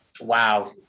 Wow